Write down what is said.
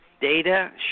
data